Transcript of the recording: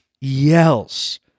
yells